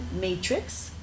matrix